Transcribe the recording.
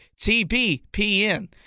TBPN